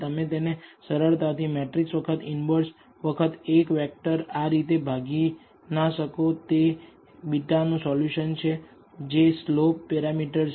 તમે તેને સરળતાથી મેટ્રિકસ વખત ઇનવર્સ વખત એક વેક્ટર આ રીતે ભાગીના શકો તે β નું સોલ્યુશન છે જે સ્લોપ પેરામીટર છે